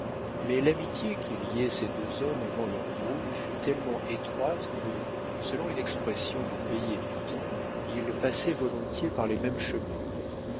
mais l'amitié qui liait ces deux hommes avant leur brouille fut tellement étroite que selon une expression du pays et du temps ils passaient volontiers par les mêmes chemins